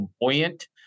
buoyant